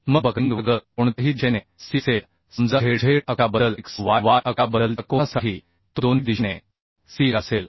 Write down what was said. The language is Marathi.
मग बकलिंग वर्ग कोणत्याही दिशेने C असेल समजा ZZ अक्षाबद्दल XYY अक्षाबद्दलच्या कोनासाठी तो दोन्ही दिशेने C असेल